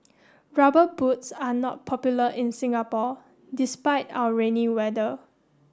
rubber boots are not popular in Singapore despite our rainy weather